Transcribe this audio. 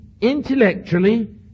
intellectually